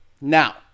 Now